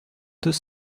deux